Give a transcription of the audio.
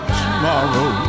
tomorrow